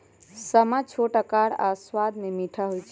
समा छोट अकार आऽ सबाद में मीठ होइ छइ